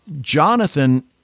jonathan